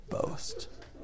boast